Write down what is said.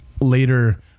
later